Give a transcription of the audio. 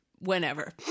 Whenever